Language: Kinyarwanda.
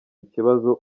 ikibazo